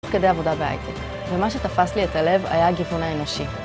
תוך כדי עבודה בהייטק. ומה שתפס לי את הלב היה הגיוון האנושי.